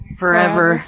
forever